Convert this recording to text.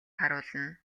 харуулна